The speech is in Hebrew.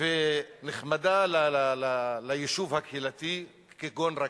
ונחמדה ליישוב הקהילתי כגון רקפת.